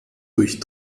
durch